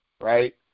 right